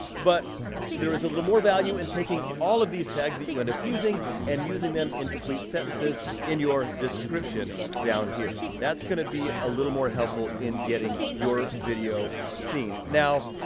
but there is a little more value in taking all of these tags that you end up using and using them in complete sentences in your description down here. that's gonna be a little more helpful in getting your video seen. now,